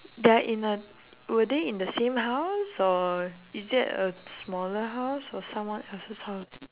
they are in the were they in the same house or is that a smaller house or someone else's house